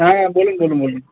হ্যাঁ বলুন বলুন বলুন